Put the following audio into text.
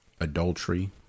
adultery